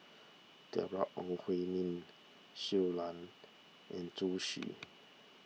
Deborah Ong Hui Min Shui Lan and Zhu Xu